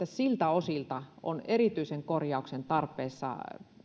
siltä osin erityisen korjauksen tarpeessa